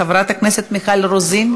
חברת הכנסת מיכל רוזין,